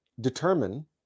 determine